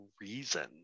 reason